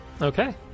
Okay